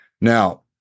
Now